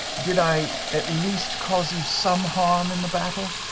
did i at least cause you some harm in the battle?